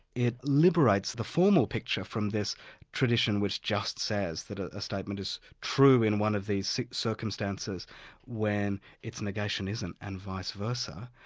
it liberates the formal picture from this tradition which just says that a statement is true in one of these circumstances when its negation isn't, and vice versa,